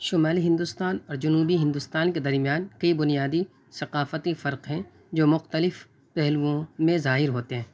شمالی ہندوستان اور جنوبی ہندوستان کے درمیان کئی بنیادی ثقافتی فرق ہیں جو مختلف پہلؤوں میں ظاہر ہوتے ہیں